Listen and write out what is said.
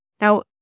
Now